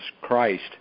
Christ